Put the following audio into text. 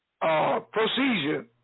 procedure